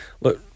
look